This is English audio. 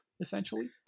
essentially